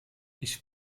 ich